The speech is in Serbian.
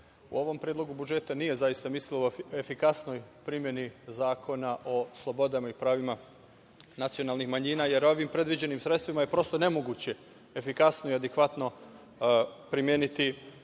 o ovom predlogu budžeta nije zaista mislilo o efikasnoj primeni Zakona slobodama i pravima nacionalnih manjina, jer ovim predviđenim sredstvima je prosto nemoguće efikasno i adekvatno primeniti